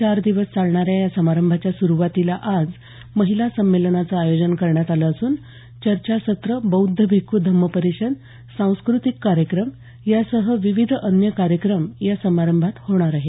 चार दिवस चालणाऱ्या या समारंभाच्या सुरुवातीला आज महिला संमेलनाचं आयोजन करण्यात आलं असून चर्चासत्रं बौद्ध भिक्खू धम्म परिषद सांस्कृतिक कार्यक्रम यासह विविध अन्य कार्यक्रम या समारंभात होणार आहेत